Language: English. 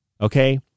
Okay